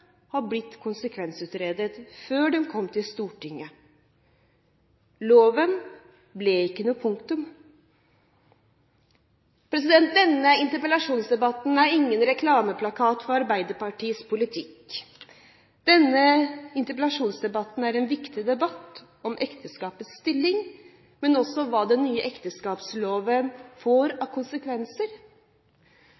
blitt konsekvensutredet før den kom til Stortinget. Loven ble ikke noe punktum. Denne interpellasjonsdebatten er ingen reklameplakat for Arbeiderpartiets politikk. Denne interpellasjonsdebatten er en viktig debatt om ekteskapets stilling, men også hva den nye ekteskapsloven får